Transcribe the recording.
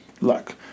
luck